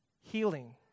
healing